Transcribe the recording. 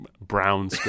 brown